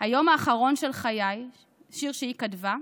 "היום הראשון של חיי", שיר שהיא כתבה,